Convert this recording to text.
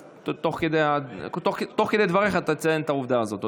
אז תוך כדי דבריך תציין את העובדה הזאת.